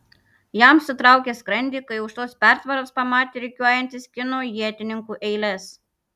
jam sutraukė skrandį kai už tos pertvaros pamatė rikiuojantis kinų ietininkų eiles